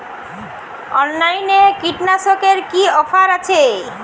অনলাইনে কীটনাশকে কি অফার আছে?